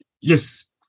yes